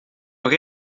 nog